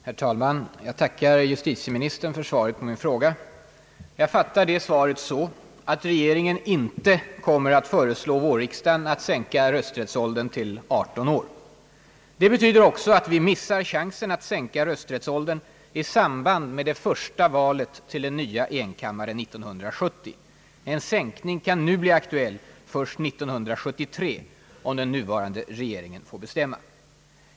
Herr talman! Jag tackar justitieministern för svaret på min fråga. Jag fattar det så att regeringen inte kommer att föreslå vårriksdagen att sänka rösträttsåldern till 18 år. Det betyder att vi missar chansen att sänka rösträttsåldern i samband med det första valet till den nya enkammarriksdagen 1970. En sänkning kan i så fall bli aktuell först 1973, om den nuvarande regeringen får bestämma.